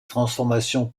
transformations